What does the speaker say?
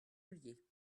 ollier